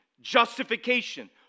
Justification